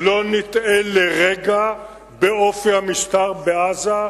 שלא נטעה לרגע באופי המשטר בעזה,